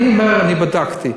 אני אומר, אני בדקתי.